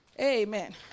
Amen